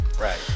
Right